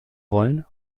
wollen